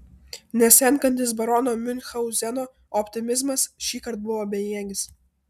nesenkantis barono miunchauzeno optimizmas šįkart buvo bejėgis